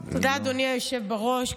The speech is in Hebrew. תודה, אדוני היושב בראש.